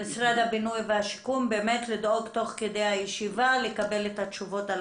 מנתנאל לדאוג תוך כדי הישיבה לקבל את התשובות על